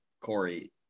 Corey